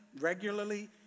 regularly